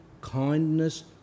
kindness